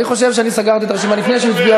אני חושב שאני סגרתי את הרשימה לפני שהוא הצביע,